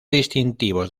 distintivos